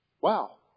wow